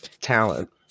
talent